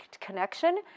connection